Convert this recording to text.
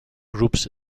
groups